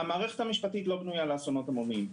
המערכת המשפטית לא בנויה לטיפול באסונות המוניים.